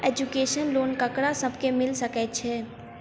Education loan ककरा सब केँ मिल सकैत छै?